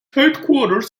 headquarters